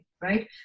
right